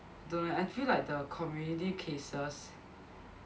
don't know eh I feel like the community cases